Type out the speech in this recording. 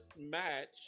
match